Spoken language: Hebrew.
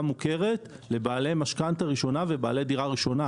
מוכרת לבעלי משכנתה ראשונה ולבעלי דירה ראשונה.